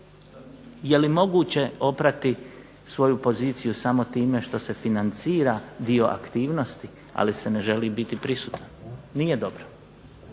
Je li moguće oprati svoju poziciju samo time što se financira dio aktivnosti, ali se ne želi biti prisutan. Nije dobro.